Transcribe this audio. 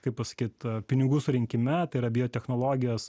kaip pasakyt pinigų surinkime tai yra biotechnologijos